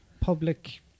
public